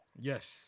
Yes